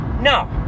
no